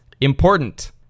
important